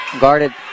guarded